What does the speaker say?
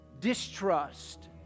distrust